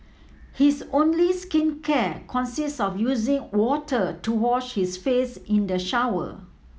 his only skincare consists of using water to wash his face in the shower